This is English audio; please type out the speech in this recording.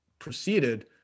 proceeded